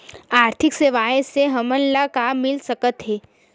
आर्थिक सेवाएं से हमन ला का मिल सकत हे?